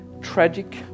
tragic